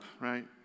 right